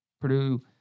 Purdue